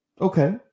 Okay